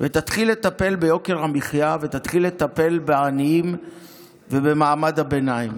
ותתחיל לטפל ביוקר המחיה ותתחיל לטפל בעניים ובמעמד הביניים.